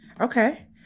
Okay